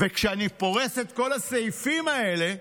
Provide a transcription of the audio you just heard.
וכשאני פורס את כל הסעיפים האלה,